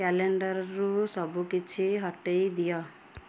କ୍ୟାଲେଣ୍ଡରରୁ ସବୁକିଛି ହଟାଇ ଦିଅ